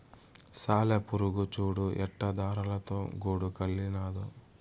సాలెపురుగు చూడు ఎట్టా దారాలతో గూడు అల్లినాదో